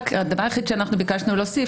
רק הדבר היחיד שביקשנו להוסיף,